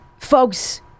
folks